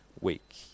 week